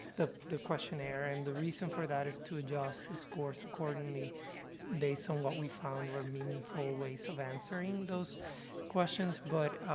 the the questionnaire. and the reason for that is to adjust the scores accordingly based on what we found were meaningful ways of answering those questions. but,